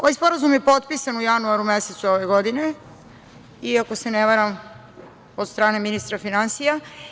Ovaj sporazum je potpisan u januaru mesecu ove godine i ako se ne varam od strane ministra finansija.